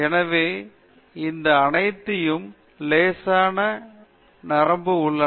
எனவே இந்த அனைத்து லேசான நரம்பு உள்ளன